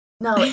No